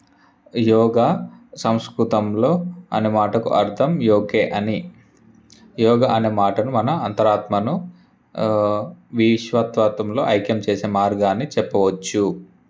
యోగ సంస్కృతంలో అనుమాటకు అర్దం యోక్య అని యోగ అను మాటకు తన అంతరాత్మను విశ్వతార్థంలో ఐక్యం చేసే మార్గాన్ని చెప్పవచ్చు